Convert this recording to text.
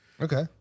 Okay